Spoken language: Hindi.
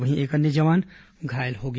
वहीं एक अन्य जवान घायल हो गया